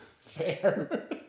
Fair